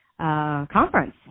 conference